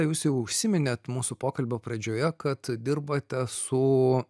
jūs jau užsiminėt mūsų pokalbio pradžioje kad dirbate su